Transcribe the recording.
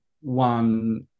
one